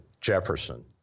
Jefferson